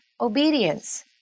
obedience